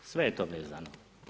Sve je to vezano.